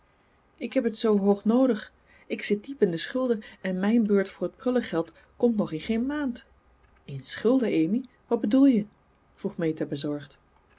ik heb het zoo hoog noodig ik zit diep in de schuld en mijn beurt voor het prullengeld komt nog in geen maand in schulden amy wat bedoel je vroeg meta bezorgd